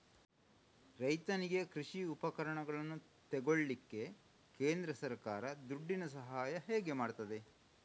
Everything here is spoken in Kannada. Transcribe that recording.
ರೈತನಿಗೆ ಕೃಷಿ ಉಪಕರಣಗಳನ್ನು ತೆಗೊಳ್ಳಿಕ್ಕೆ ಕೇಂದ್ರ ಸರ್ಕಾರ ದುಡ್ಡಿನ ಸಹಾಯ ಹೇಗೆ ಮಾಡ್ತದೆ?